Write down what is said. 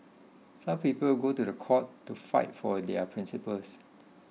some people go to the court to fight for their principles